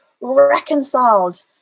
reconciled